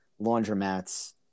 laundromats